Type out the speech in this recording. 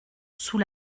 sous